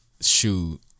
shoot